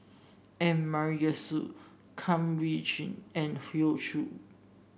M Kum Chee Kin and Hoey Choo